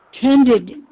tended